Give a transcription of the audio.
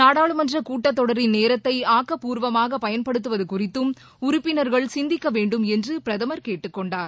நாடாளுமன்ற கூட்டத் தொடரின் நேரத்தில் ஆக்கப்பூர்வமாக பயன்படுத்துவது குறித்தும் உறுப்பினர்கள் சிந்திக்க வேண்டும் என்று பிரதமர் கேட்டுக்கொண்டார்